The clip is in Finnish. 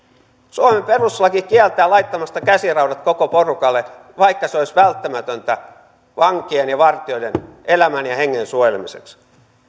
suomen perustuslaki kieltää laittamasta käsiraudat koko porukalle vaikka se olisi välttämätöntä vankien ja vartijoiden elämän ja hengen suojelemiseksi